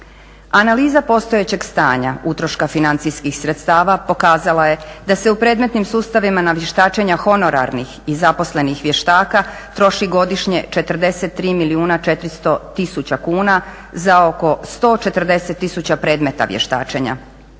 Analiza postojećeg stanja utroška financijskih sredstava pokazala je da se u predmetnim sustavima na vještačenja honorarnih i zaposlenih vještaka troši godišnje 43 milijuna 400 000 kuna za oko 140000 predmeta vještačenja